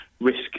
risk